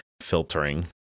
filtering